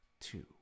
two